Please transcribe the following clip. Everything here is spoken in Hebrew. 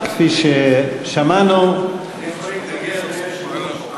כפי ששמענו, אני יכול להתנגד, אדוני היושב-ראש?